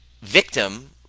victim